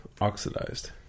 oxidized